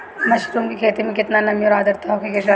Mushroom की खेती में केतना नमी और आद्रता होखे के चाही?